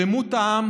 שלמות העם,